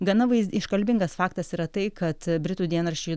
gana vaiz iškalbingas faktas yra tai kad britų dienraščiui